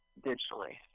digitally